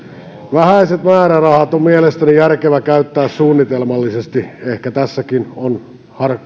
vähäiset määrärahat on mielestäni järkevä käyttää suunnitelmallisesti ehkä tässäkin on